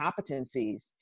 competencies